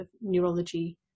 neurology